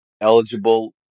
eligible